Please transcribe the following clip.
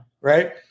right